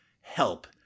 help